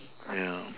yeah